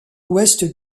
ouest